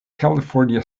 california